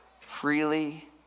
Freely